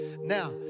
Now